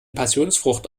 passionsfrucht